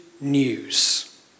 news